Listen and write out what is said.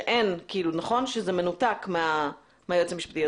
שזה מנותק מהיועץ המשפטי,